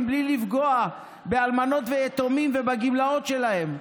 בלי לפגוע באלמנות ויתומים ובגמלאות שלהם.